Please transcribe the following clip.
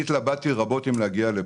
התלבטתי רבות אם להגיע לפה,